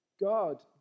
God